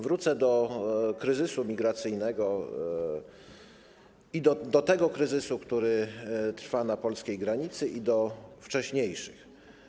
Wrócę do kryzysu imigracyjnego, do tego kryzysu, który trwa na polskiej granicy, i do wcześniejszych.